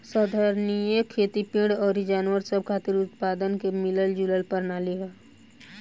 संधारनीय खेती पेड़ अउर जानवर सब खातिर उत्पादन के मिलल जुलल प्रणाली ह